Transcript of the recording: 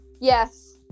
Yes